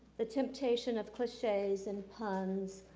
the temptation of cliches and puns,